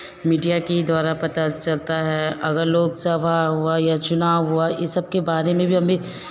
media की ही द्वारा पता चलता है अगर लोकसभा हुआ या चुनाव हुआ ई सब के बारे में भी हमें